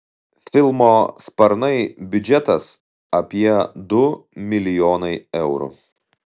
filmo sparnai biudžetas apie du milijonai eurų